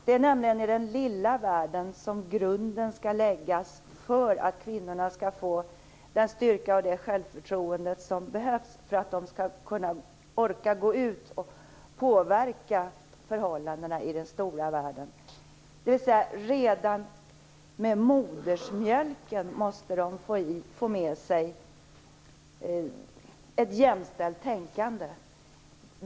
Det är nämligen i den lilla världen som grunden skall läggas för att kvinnorna skall få den styrka och det självförtroende som behövs för att de skall kunna orka gå ut och påverka förhållandena i den stora världen. De måste alltså redan med modersmjölken få med sig ett jämställt tänkande.